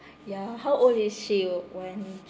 ya how old is she when